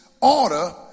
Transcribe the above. order